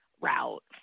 route